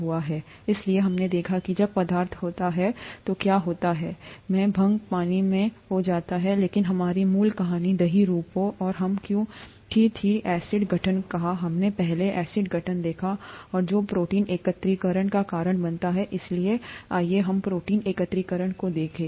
इसलिए हमने देखा कि जब पदार्थ होता है तो क्या होता है में भंग पानी में भंग हो जाता है लेकिन हमारी मूल कहानी दही रूपों और हम क्यों थी एसिड गठन कहा हमने पहले एसिड गठन देखा और जो प्रोटीन एकत्रीकरण का कारण बनता है इसलिए आइए हम प्रोटीन एकत्रीकरण को देखें